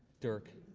dirk.